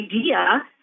idea